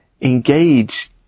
engage